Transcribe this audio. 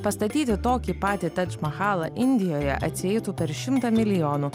pastatyti tokį patį tadž mahalą indijoje atsieitų per šimtą milijonų